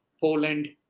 Poland